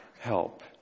help